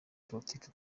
politiki